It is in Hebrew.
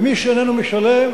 ומי שאיננו משלם,